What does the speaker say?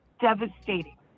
devastating